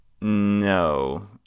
No